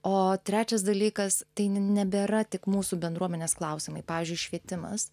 o trečias dalykas tai nebėra tik mūsų bendruomenės klausimai pavyzdžiui švietimas